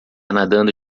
nadando